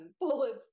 Bullets